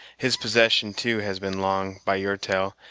his possession, too, has been long, by your tell,